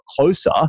closer